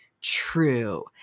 true